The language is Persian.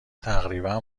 تقریبا